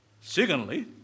Secondly